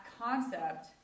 concept